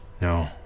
No